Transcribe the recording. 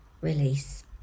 release